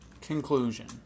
Conclusion